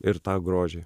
ir tą grožį